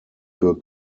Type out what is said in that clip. für